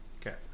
Okay